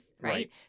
Right